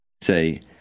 Say